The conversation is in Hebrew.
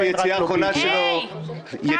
(היו"ר קארין אלהרר, 18:16) שקט.